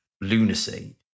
lunacy